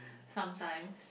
sometimes